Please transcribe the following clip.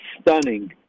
stunning